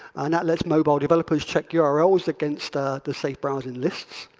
and that lets mobile developers check yeah urls against the safe browsing lists.